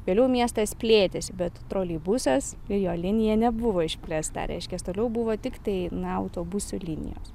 vėliau miestas plėtėsi bet troleibusas ir jo linija nebuvo išplėsta reiškias toliau buvo tiktai na autobusų linijos